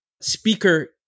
Speaker